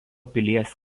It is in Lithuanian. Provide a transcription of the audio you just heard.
pilies